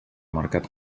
mercat